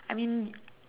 I mean